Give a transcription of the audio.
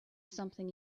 something